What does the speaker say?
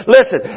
Listen